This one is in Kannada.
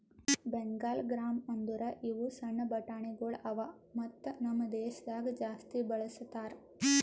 ಬೆಂಗಾಲ್ ಗ್ರಾಂ ಅಂದುರ್ ಇವು ಸಣ್ಣ ಬಟಾಣಿಗೊಳ್ ಅವಾ ಮತ್ತ ನಮ್ ದೇಶದಾಗ್ ಜಾಸ್ತಿ ಬಳ್ಸತಾರ್